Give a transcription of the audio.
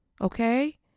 Okay